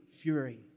fury